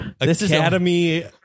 Academy